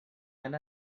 and